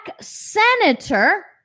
senator